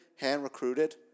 hand-recruited